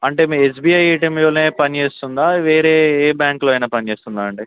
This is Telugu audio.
అంటే మీ ఎస్బీఐ ఏటీఎంలోనే పనిచేస్తుందా వేరే ఏ బ్యాంక్లో అయినా పనిచేస్తుందా అండి